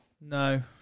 No